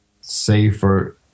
safer